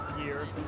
year